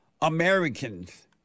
Americans